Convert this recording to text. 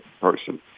person